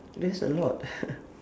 there's a lot